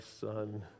son